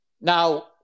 Now